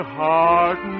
heart